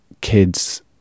kids